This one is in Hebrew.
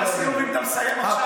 אני בא לסיור אם אתה מסיים עכשיו.